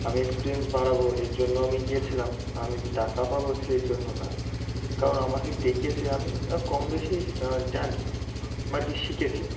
আমি এক্সপিরিয়েন্স বাড়াবো এর জন্য আমি গিয়েছিলাম আমি যে টাকা পাবো সেই জন্য না কারণ আমাকে ডেকেছে আমি কম বেশি জানি বা কি শিখেছি